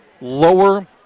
lower